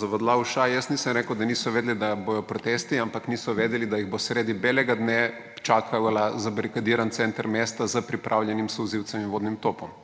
Zavadlav Ušaj, jaz nisem rekel, da niso vedeli, da bodo protesti, ampak niso vedeli, da jih bo sredi belega dne čakal zabarikadiran center mesta s pripravljenim solzivcem in vodnim topom.